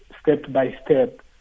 step-by-step